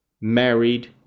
married